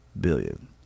billion